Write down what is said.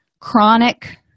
chronic